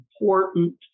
important